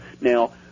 now